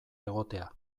egotea